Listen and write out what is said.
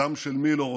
הדם של מי לא רותח?